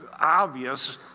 obvious